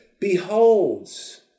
beholds